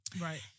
right